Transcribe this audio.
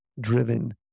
driven